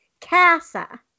Casa